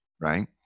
right